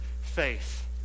faith